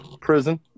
Prison